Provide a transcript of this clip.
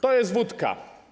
To jest wódka.